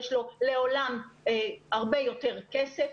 יש לו לעולם הרבה יותר כסף.